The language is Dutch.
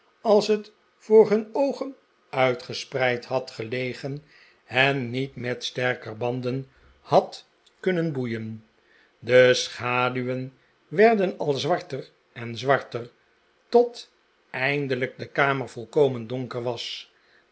als het voor hun oogen uitgespreid had gelegen hen niet met sterker banden had kunnen boeien de schaduwen werden al zwarter en zwarter tot eindelijk de kamer volkomen donker was